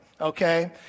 Okay